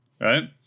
Right